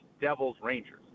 Devils-Rangers